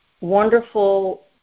wonderful